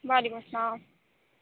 وعلیکم السّلام